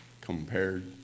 compared